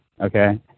Okay